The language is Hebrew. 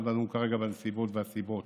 לא דנו כרגע בנסיבות והסיבות